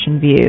view